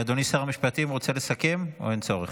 אדוני שר המשפטים, רוצה לסכם, או אין צורך?